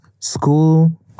school